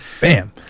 Bam